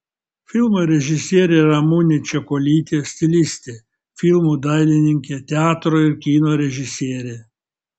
filmo režisierė ramunė čekuolytė stilistė filmų dailininkė teatro ir kino režisierė